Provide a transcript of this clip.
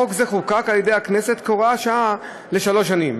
חוק זה חוקק על-ידי הכנסת כהוראת שעה לשלוש שנים,